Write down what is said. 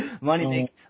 Money